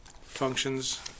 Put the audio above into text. functions